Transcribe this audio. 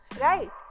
right